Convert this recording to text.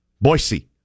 Boise